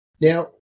Now